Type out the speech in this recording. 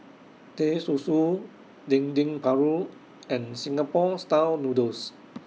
Teh Susu Dendeng Paru and Singapore Style Noodles